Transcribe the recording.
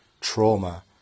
trauma